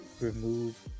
remove